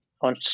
on